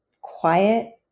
quiet